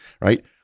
right